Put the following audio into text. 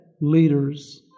leaders